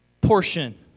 portion